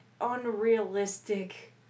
unrealistic